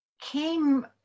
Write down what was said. came